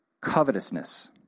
Covetousness